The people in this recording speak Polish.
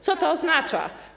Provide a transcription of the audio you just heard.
Co to oznacza?